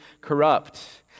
corrupt